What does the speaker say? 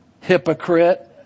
Hypocrite